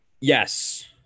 Yes